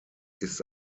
ist